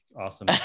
awesome